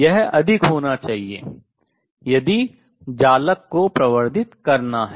यह अधिक होना चाहिए यदि जालक को प्रवर्धित करना है